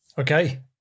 Okay